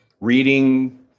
reading